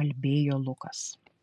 kalbėjo lukas